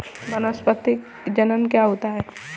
वानस्पतिक जनन क्या होता है?